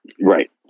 Right